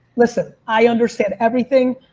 listen, i understand everything.